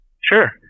Sure